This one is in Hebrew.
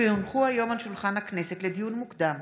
כי הונחו היום על שולחן הכנסת, לדיון מוקדם,